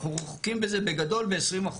אנחנו רחוקים מזה בגדול ב-20%.